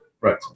Right